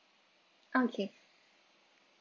okay